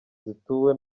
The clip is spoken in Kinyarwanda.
zituwe